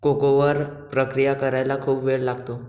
cocoa वर प्रक्रिया करायला खूप वेळ लागतो